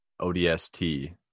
ODST